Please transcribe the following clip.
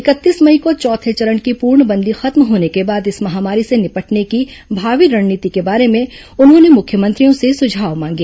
इकतीस मई को चौथे चरण की पूर्णबंदी खत्म होने के बाद इस महामारी से निपटने की भावी रणनीति के बारे में उन्होंने मुख्यमंत्रियों से सुझाव मांगे